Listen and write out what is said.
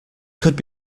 could